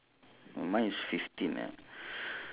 mm K how about the the the